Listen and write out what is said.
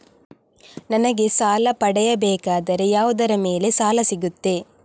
ನನಗೆ ಸಾಲ ಪಡೆಯಬೇಕಾದರೆ ಯಾವುದರ ಮೇಲೆ ಸಾಲ ಸಿಗುತ್ತೆ?